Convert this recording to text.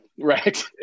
right